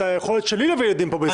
את היכולת שלי להביא ילדים פה בישראל.